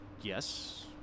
Yes